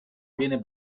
viene